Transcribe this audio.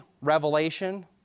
revelation